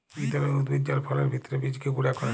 ইক ধরলের উদ্ভিদ যার ফলের ভিত্রের বীজকে গুঁড়া ক্যরে